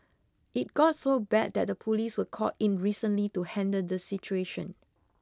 it got so bad that the police were called in recently to handle the situation